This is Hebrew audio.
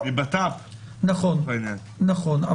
אבל נכון.